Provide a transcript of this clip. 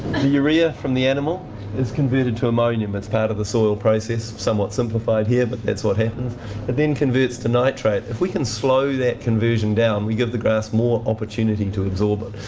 the urea from the animal is converted to ammonium as part of the soil process somewhat simplified here, but that's what happens. it then converts to nitrate. if we can slow that conversion down, we give the grass more opportunity to absorb it.